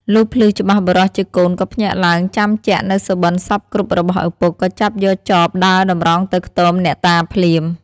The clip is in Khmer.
លុះភ្លឺច្បាស់បុរសជាកូនក៏ភ្ញាក់ឡើង ចាំជាក់នូវសុបិនសព្វគ្រប់របស់ឪពុក ក៏ចាប់យកចបដើរតម្រង់ទៅខ្ទមអ្នកតាភ្លាម។